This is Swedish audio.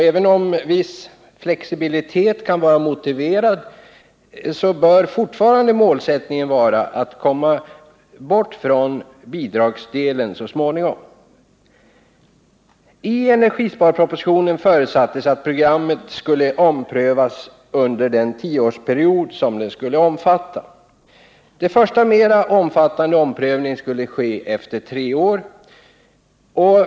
Även om en viss flexibilitet kan vara motiverad bör fortfarande målsättningen vara att så småningom komma bort från bidragsdelen. I energisparpropositionen förutsattes att programmet skulle omprövas under den tioårsperiod som det skulle omfatta. Den första mera omfattande omprövningen skulle göras efter tre år.